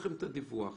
בפלטפורמה